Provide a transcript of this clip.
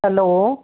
hello